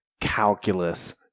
calculus